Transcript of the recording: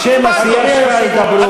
בשם הסיעה שלך ידברו,